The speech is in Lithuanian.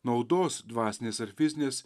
naudos dvasinės ar fizinės